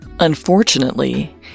Unfortunately